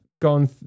gone